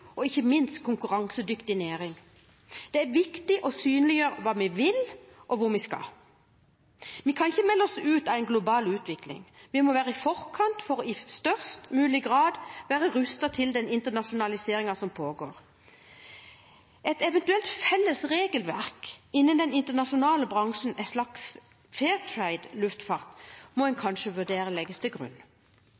og ikke minst konkurransedyktig næring. Det er viktig å synliggjøre hva vi vil og hvor vi skal. Vi kan ikke melde oss ut av en global utvikling, vi må være i forkant for i størst mulig grad å være rustet til den internasjonaliseringen som pågår. Et eventuelt felles regelverk innen den internasjonale bransjen, en slags «fair trade» luftfart, må en